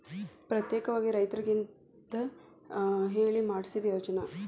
ಪ್ರತ್ಯೇಕವಾಗಿ ರೈತರಿಗಂತ ಹೇಳಿ ಮಾಡ್ಸಿದ ಯೋಜ್ನಾ